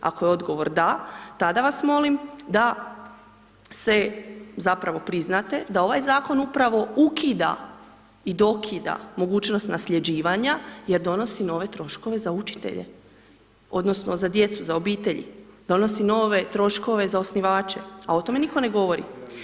Ako je odgovor DA, tada vas molim da se, zapravo, priznate da ovaj Zakon upravo ukida i dokida mogućnost nasljeđivanja jer donosi nove troškove za učitelje odnosno za djecu, za obitelji, donosi nove troškove za osnivače, a o tome nitko ne govori.